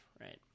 right